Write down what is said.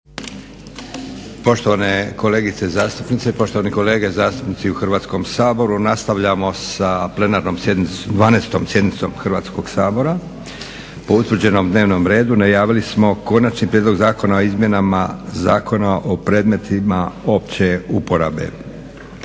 Poštovane kolegice zastupnice i poštovani kolege zastupnici u Hrvatskom saboru nastavljamo sa Plenarnom sjednicom, 12. Sjednicom Hrvatskog sabora po utvrđenom dnevnom redu najavili smo: - Konačni prijedlog Zakona o izmjenama Zakona o predmetima opće uporabe,